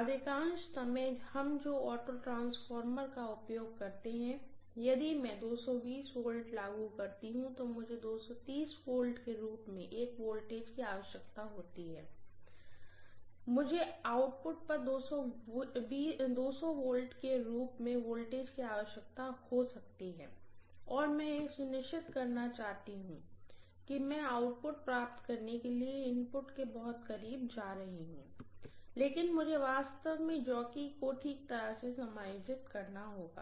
अधिकांश समय हम जो ऑटो ट्रांसफार्मर का उपयोग करते हैं यदि मैं 220 V लागू कर रही हूँ तो मुझे 230V के रूप में एक वोल्टेज की आवश्यकता हो सकती है या मुझे आउटपुट पर 200V के रूप में वोल्टेज की आवश्यकता हो सकती है और मैं यह सुनिश्चित करना चाहती हूँ कि मैं आउटपुट प्राप्त करने के लिए इनपुट के बहुत करीब हूं लेकिन मुझे वास्तव में जॉकी को ठीक तरह से समायोजित करना होगा